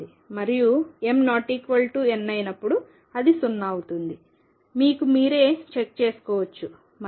మరియు m≠n అయినప్పుడు అది 0 అవుతుంది మీకు మీరే చెక్ చేసుకోవచ్చు